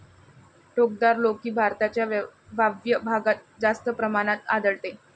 टोकदार लौकी भारताच्या वायव्य भागात जास्त प्रमाणात आढळते